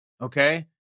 okay